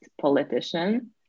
politician